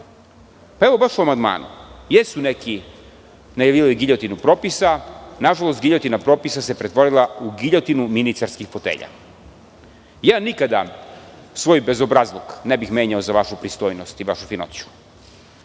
činjenica da su neki najavljivali giljotinu propisa. Nažalost, giljotina propisa se pretvorila u giljotinu ministarskih fotelja. Ja nikada svoj bezobrazluk ne bih menjao za vašu pristojnost i vašu finoću.